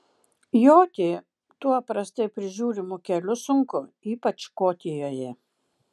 joti tuo prastai prižiūrimu keliu sunku ypač škotijoje